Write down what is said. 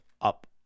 up